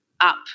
up